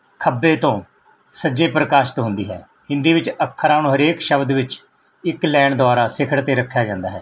ਖੱਬੇ ਤੋਂ ਸੱਜੇ ਪ੍ਰਕਾਸ਼ਤ ਹੁੰਦੀ ਹੈ ਹਿੰਦੀ ਵਿੱਚ ਅੱਖਰਾਂ ਨੂੰ ਹਰੇਕ ਸ਼ਬਦ ਵਿੱਚ ਇੱਕ ਲਾਇਨ ਦੁਆਰਾ ਸਿਖਰ 'ਤੇ ਰੱਖਿਆ ਜਾਂਦਾ ਹੈ